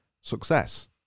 success